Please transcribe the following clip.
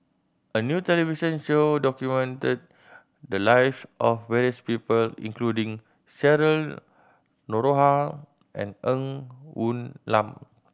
a new television show documented the lives of various people including Cheryl Noronha and Ng Woon Lam